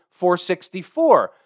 464